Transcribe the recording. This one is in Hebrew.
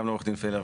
גם לעורך דין פלר,